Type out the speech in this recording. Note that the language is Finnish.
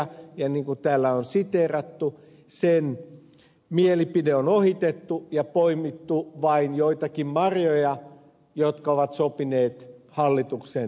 niin kuin täällä on siteerattu sen mielipide on ohitettu ja poimittu vain joitakin marjoja jotka ovat sopineet hallituksen linjaan